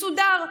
מסודר.